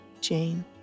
Jane